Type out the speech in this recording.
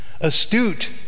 astute